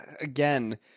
again